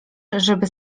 żeby